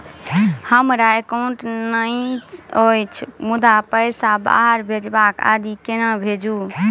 हमरा एकाउन्ट नहि अछि मुदा पैसा बाहर भेजबाक आदि केना भेजू?